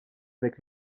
avec